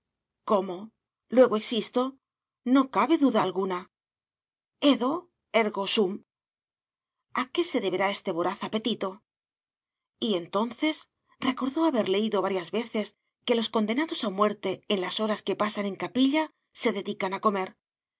como luego existo no cabe duda alguna edo ergo sum a qué se deberá este voraz apetito y entonces recordó haber leído varias veces que los condenados a muerte en las horas que pasan en capilla se dedican a comer